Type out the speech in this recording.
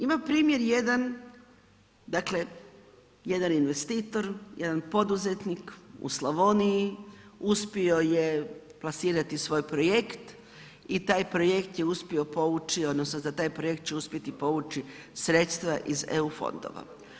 Imamo primjer jedan, dakle, jedan investitor, jedan poduzetnik u Slavoniji, uspio je plasirati svoj projekt i taj projekt je uspio povući, odnosno za taj projekt će uspjeti povući sredstva iz EU fondova.